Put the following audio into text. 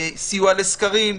סיוע לסקרים,